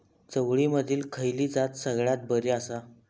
चवळीमधली खयली जात सगळ्यात बरी आसा?